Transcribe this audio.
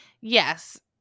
Yes